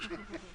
כזה.